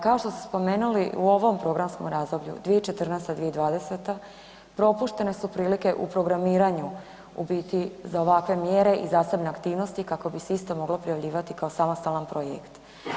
Kao što ste spomenuli, u ovom programskom razdoblju 2014.-2020. propuštene su prilike u programiranju u biti za ovakve mjere i zasebne aktivnosti kako bi se iste moglo prijavljivati kao samostalan projekt.